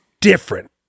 Different